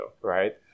Right